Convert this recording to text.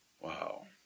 Wow